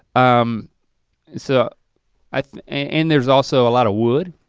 um so and there's also a lot of wood.